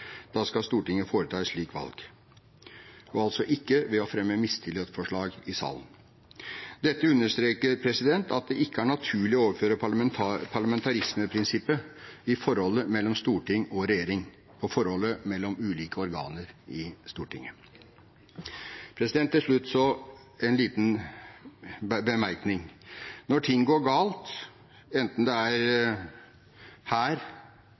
Da skal Stortinget foreta et slikt valg – men ikke ved å fremme mistillitsforslag i salen. Dette understreker at det ikke er naturlig å overføre parlamentarismeprinsippet i forholdet mellom storting og regjering på forholdet mellom ulike organer i Stortinget. Til slutt en liten bemerkning: Når ting går galt, enten det er her,